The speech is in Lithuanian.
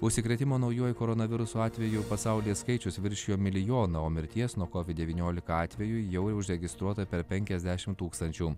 užsikrėtimo naujuoju koronavirusu atvejų pasaulyje skaičius viršijo milijoną o mirties nuo covid devyniolika atvejų jau užregistruota per penkiasdešimt tūkstančių